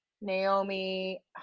naomi